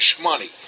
money